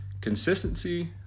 Consistency